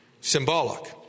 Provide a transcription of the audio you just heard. symbolic